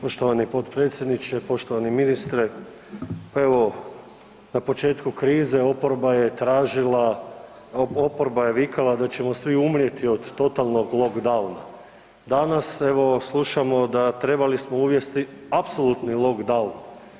Poštovani potpredsjedniče, poštovani ministre, pa evo na početku krize oporba je tražila, oporba je vikala da ćemo svi umrijeti od totalnog lockdowna, danas evo slušamo da trebali smo uvesti apsolutni lockdown.